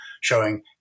showing